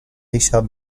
richard